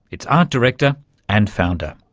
its art director and founder.